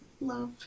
love